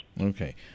Okay